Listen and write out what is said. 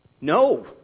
No